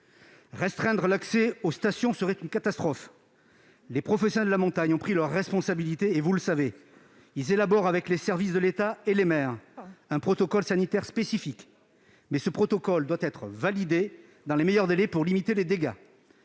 Restreindre l'accès aux stations serait une catastrophe. Les professionnels de la montagne ont pris leurs responsabilités, et vous le savez. Ils élaborent, avec les services de l'État et les maires, un protocole sanitaire spécifique, qui doit être validé dans les meilleurs délais pour limiter les dégâts.